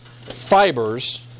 fibers